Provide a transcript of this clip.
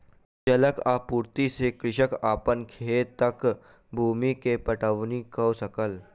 जलक आपूर्ति से कृषक अपन खेतक भूमि के पटौनी कअ सकल